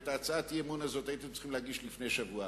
את הצעת האי-אמון הזאת הייתם צריכים להגיש לפני שבוע.